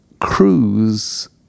cruise